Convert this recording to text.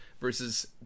versus